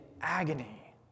agony